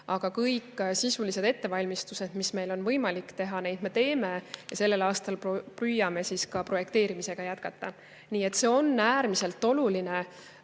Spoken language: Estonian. Aga kõik sisulised ettevalmistused, mis meil on võimalik teha, need me teeme ja sellel aastal püüame ka projekteerimist jätkata. Nii et see on äärmiselt oluline